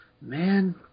man